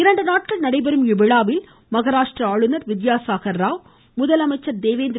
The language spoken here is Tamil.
இரண்டு நாட்கள் நடைபெறும் இவ்விழாவில் மகராஷ்டிரா ஆளுநர் வித்யாசாகர் ராவ் முதலமைச்சர் தேவேந்திர